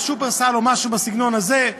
או משהו מהסגנון הזה,